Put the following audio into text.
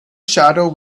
shadow